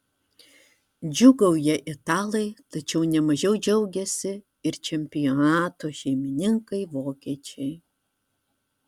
džiūgauja italai tačiau ne mažiau džiaugiasi ir čempionato šeimininkai vokiečiai